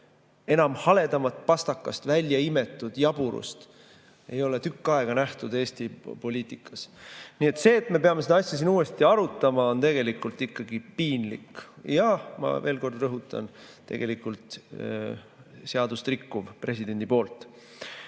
Enam haledamat pastakast välja imetud jaburust ei ole tükk aega nähtud Eesti poliitikas. Nii et see, et me peame seda asja siin uuesti arutama, on ikkagi piinlik, ja ma veel kord rõhutan, tegelikult sellega rikub president